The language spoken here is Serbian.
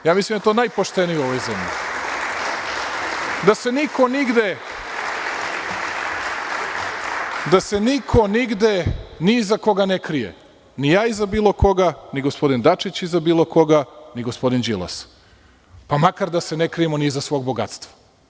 Mislim da je to najpoštenije u ovoj zemlji, da se niko nigde ni iza koga ne krije – ni ja iza bilo koga, ni gospodin Dačić iza bilo koga, ni gospodin Đilas, pa makar da se ne krijemo ni iza svog bogatstva.